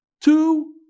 Two